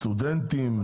סטודנטים,